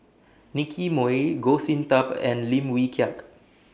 Nicky Moey Goh Sin Tub and Lim Wee Kiak